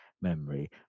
memory